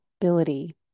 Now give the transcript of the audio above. ability